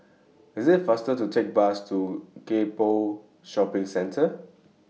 IT IS faster to Take The Bus to Gek Poh Shopping Center